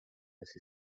las